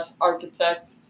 architect